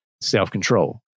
self-control